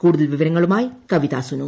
കൂടുതൽ വിവരങ്ങളുമായി കവിത സുനു